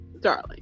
darling